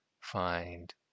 find